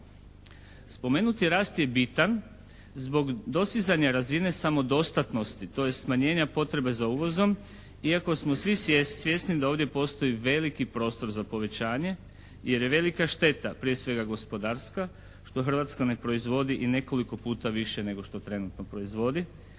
Spomenuti rast je bitan zbog dosizanja razine samodostatnosti, tj. smanjenja potrebe za uvozom iako smo svi svjesni da ovdje postoji veliki prostor za povećanje jer je velika šteta prije svega gospodarstva što Hrvatska ne proizvodi i nekoliko puta više nego što trenutno proizvodi,